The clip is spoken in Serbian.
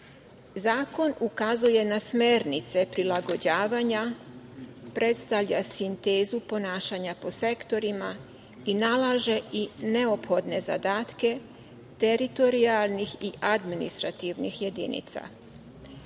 ukazuje na smernice prilagođavanja, predstavlja sintezu ponašanja po sektorima i nalaže neophodne zadatke teritorijalnih i administrativnih jedinica.